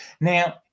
Now